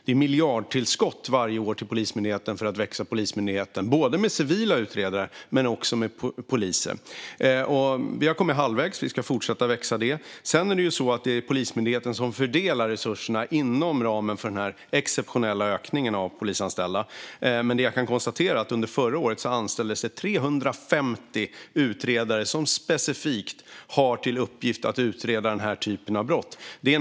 Det är miljardtillskott varje år till Polismyndigheten för att få den att växa, både med civila utredare och med poliser. Vi har kommit halvvägs; vi ska fortsätta det arbetet. Sedan är det Polismyndigheten som fördelar resurserna inom ramen för denna exceptionella ökning av antalet polisanställda. Jag kan dock konstatera att det förra året anställdes 350 utredare som specifikt har till uppgift att utreda den här typen av brott.